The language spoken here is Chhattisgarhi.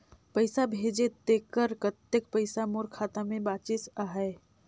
पइसा भेजे तेकर कतेक पइसा मोर खाता मे बाचिस आहाय?